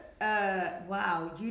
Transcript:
Wow